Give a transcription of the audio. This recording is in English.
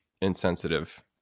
insensitive